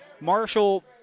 Marshall